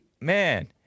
man